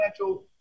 financial